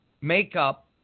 makeup